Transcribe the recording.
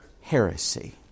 heresy